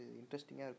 interesting